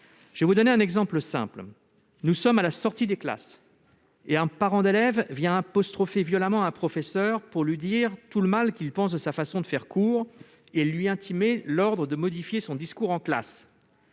cet objectif. Prenons un exemple simple. À la sortie des classes, un parent d'élève apostrophe violemment un professeur afin de lui dire tout le mal qu'il pense de sa façon de faire cours et lui intime l'ordre de modifier son discours en classe.